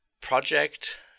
project